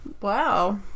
Wow